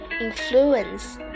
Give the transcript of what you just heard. influence